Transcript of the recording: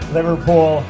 Liverpool